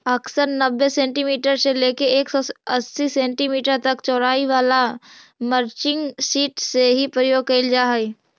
अक्सर नब्बे सेंटीमीटर से लेके एक सौ अस्सी सेंटीमीटर तक चौड़ाई वाला मल्चिंग सीट के ही प्रयोग कैल जा हई